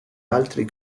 altri